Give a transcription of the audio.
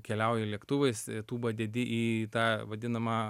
keliauji lėktuvais tūbą dedi į tą vadinamą